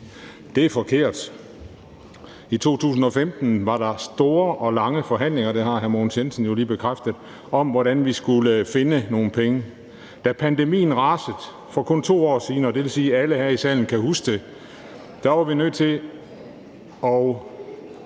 Det er forkert. I 2015 var der store og lange forhandlinger – det har hr. Mogens Jensen jo lige bekræftet – om, hvordan vi skulle finde nogle penge. Da pandemien rasede for kun 2 år siden, og det vil sige, at alle her i salen kan huske det, var vi nødt til